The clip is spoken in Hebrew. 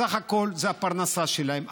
סך הכול, זו הפרנסה שלהם.